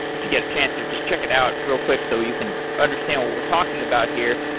if you get a chance, or just check it out real quick so you can understand what we're talking about here,